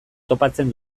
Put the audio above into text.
topatzen